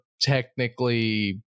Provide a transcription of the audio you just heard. technically